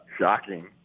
shocking